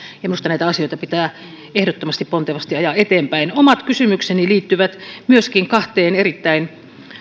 ja minusta näitä asioita pitää ehdottomasti pontevasti ajaa eteenpäin omat kysymykseni liittyvät myöskin kahteen erittäin